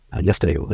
yesterday